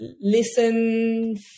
Listen